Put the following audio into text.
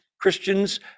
Christians